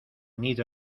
nido